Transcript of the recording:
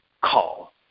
call